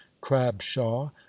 crabshaw